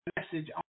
message